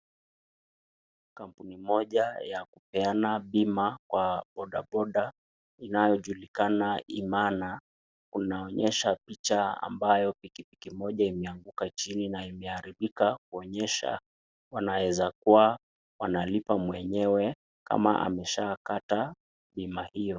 Kampuni moja ya kupeana bima kwa bodaboda inayojulikana imana inaonyesha picha ambayo pikipiki moja imeanguka chini na imeharibika, kuonyesha wanaweza kuwa wanalipa mwenyewe kama ameshakata bima hiyo.